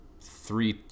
three